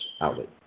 outlet